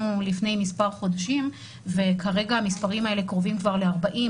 לפני מספר חודשים וכרגע המספרים האלה קרובים כבר ל-40%,